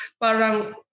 parang